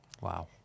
Wow